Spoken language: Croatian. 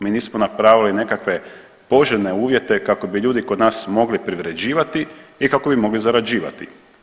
Mi nismo napravili nekakve poželjne uvjete kako bi ljudi kod nas mogli privređivati i kako bi mogli zarađivati.